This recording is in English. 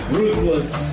ruthless